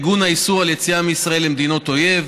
עיגון האיסור של יציאה מישראל למדינות אויב,